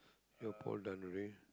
your pole done already